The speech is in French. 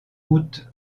routes